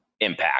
impact